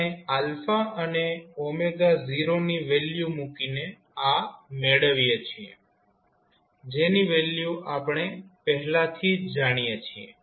આપણે અને 0ની વેલ્યુ મૂકીને આ મેળવીએ છીએ જેની વેલ્યુ આપણે પહેલાથી જ જાણીએ છીએ